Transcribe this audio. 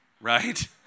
Right